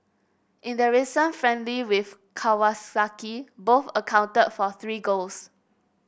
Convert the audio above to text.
in their recent friendly with Kawasaki both accounted for three goals